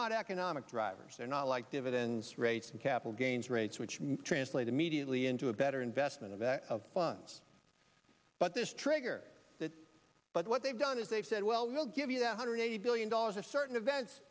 not economic drivers they're not like dividends rates and capital gains rates which may translate immediately into a better investment of funds but this trigger that but what they've done is they've said well we'll give you that hundred eighty billion dollars or certain events